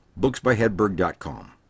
booksbyhedberg.com